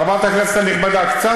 חברת הכנסת הנכבדה, קצת צניעות.